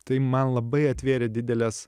tai man labai atvėrė dideles